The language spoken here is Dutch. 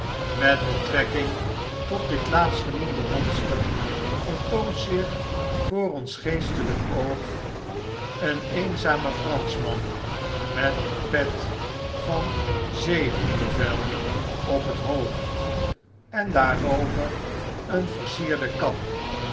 met betrekking tot dit laatstgenoemde monster vertoont zicb voor ons geestelp oog een eenzame franschman met een pet van zeehondenvel op het hoofd en daarover een versierde kap